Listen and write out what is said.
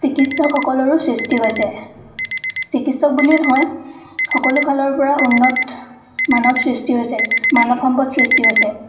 চিকিৎসকসকলৰো সৃষ্টি হৈছে চিকিৎসক বুলি নহয় সকলো ফালৰ পৰা উন্নত মানৱ সৃষ্টি হৈছে মানৱ সম্পদ সৃষ্টি হৈছে